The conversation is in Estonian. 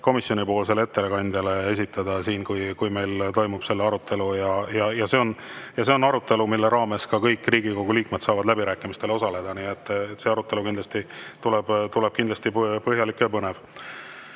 komisjoni ettekandjale esitada siin, kui meil toimub see arutelu. Ja see on arutelu, mille raames ka kõik Riigikogu liikmed saavad läbirääkimistel osaleda. Nii et see arutelu kindlasti tuleb põhjalik ja põnev. Head